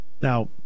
Now